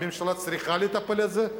הממשלה צריכה לטפל בזה?